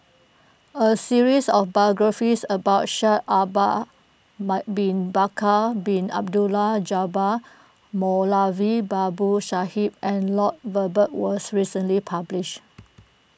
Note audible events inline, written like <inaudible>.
a series of biographies about Shaikh <unintelligible> Bin Bakar Bin Abdullah Jabbar Moulavi Babu Sahib and Lloyd Valberg was recently published